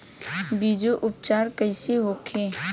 बीजो उपचार कईसे होखे?